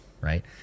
right